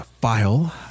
file